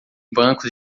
bancos